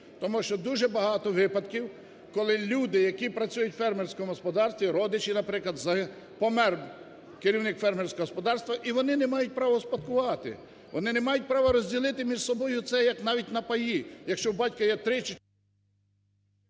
Тому що дуже багато випадків, коли люди, які працюють в фермерському господарстві, родичі, наприклад, помер керівник фермерського господарства, і вони не мають права успадкувати, вони не мають права розділити між собою це як навіть на паї. Якщо у батька є…